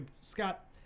scott